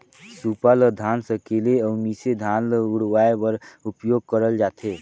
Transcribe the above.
सूपा ल धान सकेले अउ मिसे धान ल उड़वाए बर उपियोग करल जाथे